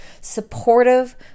supportive